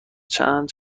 چند